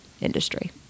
industry